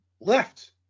left